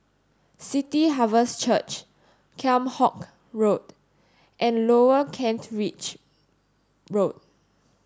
City Harvest Church Kheam Hock Road and Lower Kent Ridge Road